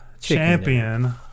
champion